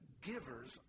givers